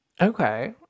Okay